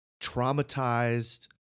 traumatized